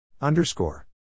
Underscore